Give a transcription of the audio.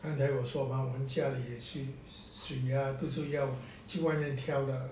刚才我说嘛我们家水都是要去外面挑的